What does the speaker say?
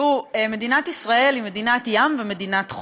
מדינת ישראל היא מדינת ים ומדינת חוף.